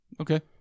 Okay